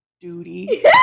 Duty